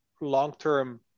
long-term